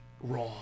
Raw